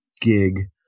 gig